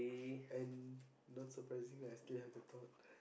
and not surprising that I still have that thought